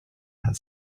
had